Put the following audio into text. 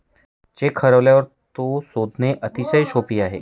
check हरवल्यावर तो शोधणे अतिशय सोपे आहे